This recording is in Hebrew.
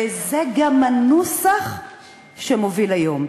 וזה גם הנוסח שמוביל היום.